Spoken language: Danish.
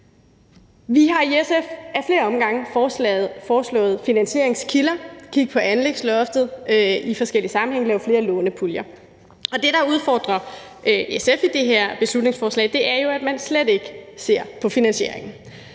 Vi har i SF ad flere omgange foreslået finansieringskilder. Kig på anlægsloftet i forskellige sammenhænge, lav flere lånepuljer. Det, der udfordrer SF i det her beslutningsforslag, er jo, at man slet ikke ser på finansieringen.